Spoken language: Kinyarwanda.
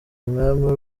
umwami